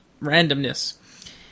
randomness